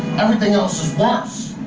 everything else is worse.